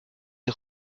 est